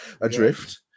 adrift